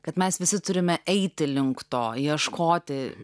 kad mes visi turime eiti link to ieškoti